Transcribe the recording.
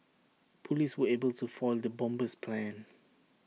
Police were able to foil the bomber's plans